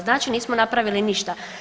Znači, nismo napravili ništa.